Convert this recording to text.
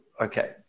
Okay